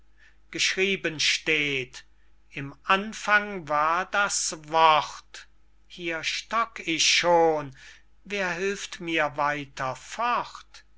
geschrieben steht im anfang war das wort hier stock ich schon wer hilft mir weiter fort